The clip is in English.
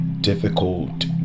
difficult